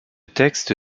texte